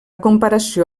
comparació